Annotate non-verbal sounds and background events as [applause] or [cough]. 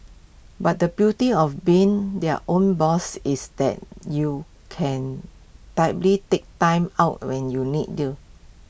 but the beauty of being their own boss is that you can [unintelligible] take Time Out when you need to